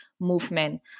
movement